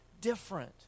different